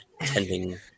tending